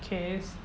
kays